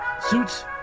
suits